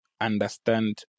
understand